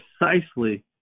precisely